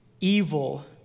evil